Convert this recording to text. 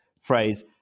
phrase